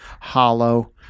hollow